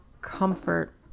comfort